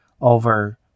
over